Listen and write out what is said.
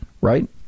right